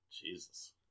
Jesus